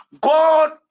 God